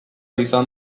izan